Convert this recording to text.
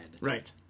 right